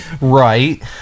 Right